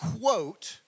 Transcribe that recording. quote